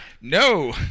No